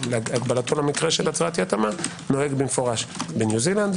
הגבלתו למקרה של הצהרת אי התאמה נוהג במפורש בניו זילנד,